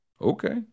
okay